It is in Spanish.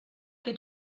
que